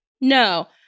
No